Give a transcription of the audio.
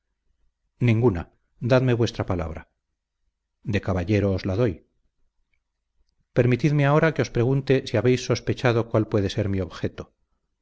ninguna dadme vuestra palabra de caballero os la doy permitidme ahora que os pregunte si habéis sospechado cuál puede ser mi objeto